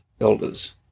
elders